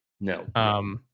No